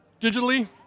digitally